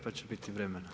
Pa će biti vremena.